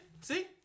See